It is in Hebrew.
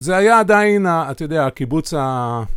זה היה עדיין, אתה יודע, הקיבוץ ה...